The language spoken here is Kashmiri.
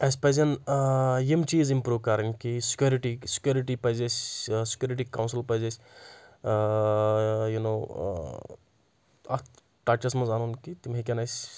اَسہِ پَزن یِم چیٖز اِمپروٗ کَرٕنۍ کہِ سِکیورِٹی سِکیورِٹی پَزِ اَسہِ سِکیورِٹی کَوٚنٛسٕل پَزِ اَسہِ یو نو اَتھ ٹَچَس منٛز اَنُن کہِ تِم ہیٚکن اَسہِ